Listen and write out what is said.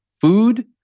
Food